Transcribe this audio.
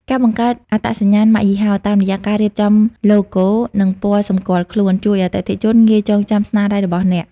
ការបង្កើតអត្តសញ្ញាណម៉ាកយីហោ តាមរយៈការរៀបចំឡូហ្គោ និងពណ៌សម្គាល់ខ្លួន ជួយឱ្យអតិថិជនងាយចងចាំស្នាដៃរបស់អ្នក។